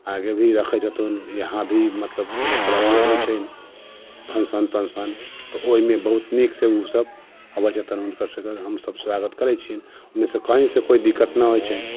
आगे भी रखैत हेथुन यहाँ भी मतलब कोनो तरहके होइ छै फन्शन तन्शन तऽ ओहिमे बहुत नीक से ओ सभ अबै छथिन हुनकर सभके हम सभ स्वागत करै छियनि ओहिमे से कहीँ से कोइ दिक्कत न होइ छनि